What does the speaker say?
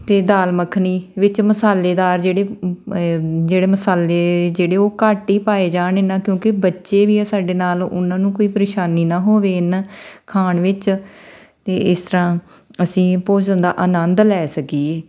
ਅਤੇ ਦਾਲ ਮੱਖਣੀ ਵਿੱਚ ਮਸਾਲੇਦਾਰ ਜਿਹੜੇ ਜਿਹੜੇ ਮਸਾਲੇ ਜਿਹੜੇ ਉਹ ਘੱਟ ਹੀ ਪਾਏ ਜਾਣ ਇਹ ਨਾ ਕਿਉਂਕਿ ਬੱਚੇ ਵੀ ਆ ਸਾਡੇ ਨਾਲ ਉਹਨਾਂ ਨੂੰ ਕੋਈ ਪਰੇਸ਼ਾਨੀ ਨਾ ਹੋਵੇ ਇਨ ਖਾਣ ਵਿੱਚ ਅਤੇ ਇਸ ਤਰ੍ਹਾਂ ਅਸੀਂ ਭੋਜਨ ਦਾ ਆਨੰਦ ਲੈ ਸਕੀਏ